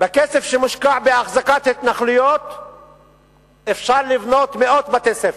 בכסף שמושקע בהחזקת התנחלויות אפשר לבנות מאות בתי-ספר.